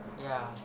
ya